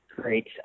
great